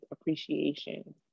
appreciation